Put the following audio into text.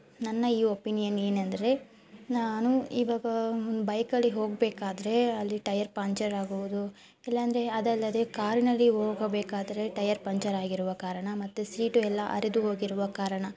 ನನ್ನ ಈ ಒಪ್ಪಿನಿಯನ್ ಏನೆಂದ್ರೆ ನಾನು ಇವಾಗ ಬೈಕಲ್ಲಿ ಹೋಗಬೇಕಾದ್ರೆ ಅಲ್ಲಿ ಟೈಯರ್ ಪಂಚರಾಗುವುದು ಇಲ್ಲಾಂದ್ರೆ ಅದಲ್ಲದೆ ಕಾರಿನಲ್ಲಿ ಹೋಗಬೇಕಾದ್ರೆ ಟೈಯರ್ ಪಂಚರಾಗಿರುವ ಕಾರಣ ಮತ್ತು ಸೀಟು ಎಲ್ಲ ಹರಿದು ಹೋಗಿರುವ ಕಾರಣ